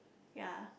ya